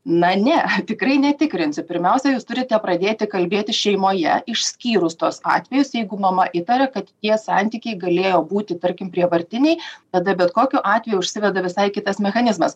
na ne tikrai netikrinsiu pirmiausia jūs turite pradėti kalbėti šeimoje išskyrus tuos atvejus jeigu mama įtaria kad tie santykiai galėjo būti tarkim prievartiniai tada bet kokiu atveju užsiveda visai kitas mechanizmas